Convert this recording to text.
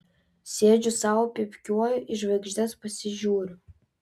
sėdžiu sau pypkiuoju į žvaigždes pasižiūriu